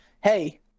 hey